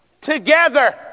together